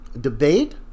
debate